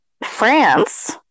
France